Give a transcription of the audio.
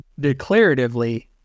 declaratively